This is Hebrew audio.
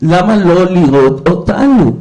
למה לא לראות אותנו?